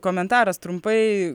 komentaras trumpai